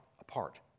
apart